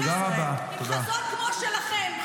תשאלי --- המפלגה, עם חזון כמו שלכם,